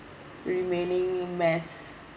remaining mass